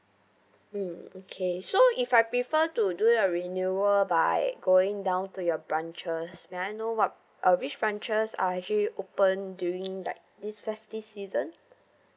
mm okay so if I prefer to do it a renewal by going down to your branches may I know what uh which branches are actually open during like this festive season